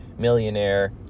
millionaire